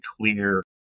clear